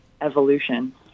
evolution